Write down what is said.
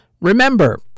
Remember